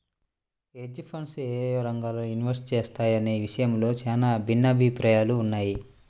hedge funds యేయే రంగాల్లో invest చేస్తాయనే విషయంలో చానా భిన్నాభిప్రాయాలున్నయ్